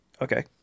Okay